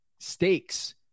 stakes